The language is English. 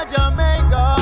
Jamaica